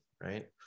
right